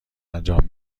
انجام